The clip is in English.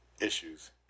issues